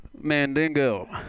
Mandingo